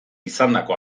izandako